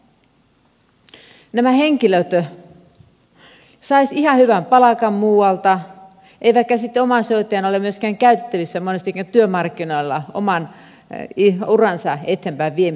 nämä henkilöt saisivat ihan hyvän palkan muualta eivätkä sitten omaishoitajana ole myöskään käytettävissä monestikaan työmarkkinoilla oman uransa eteenpäinviemiseksi